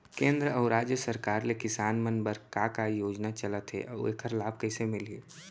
केंद्र अऊ राज्य सरकार ले किसान मन बर का का योजना चलत हे अऊ एखर लाभ कइसे मिलही?